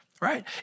right